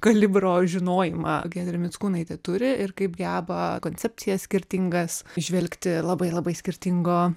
kalibro žinojimą giedrė mickūnaitė turi ir kaip geba koncepcijas skirtingas įžvelgti labai labai skirtingo